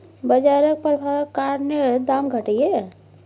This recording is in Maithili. बजारक प्रभाबक कारणेँ दाम घटलै यै